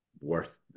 worth